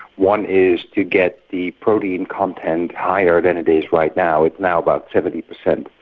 one is to get the protein content higher than it is right now, it's now about seventy percent,